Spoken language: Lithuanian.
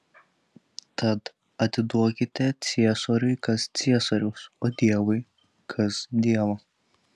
tad atiduokite ciesoriui kas ciesoriaus o dievui kas dievo